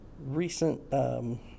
recent